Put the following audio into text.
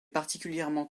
particulièrement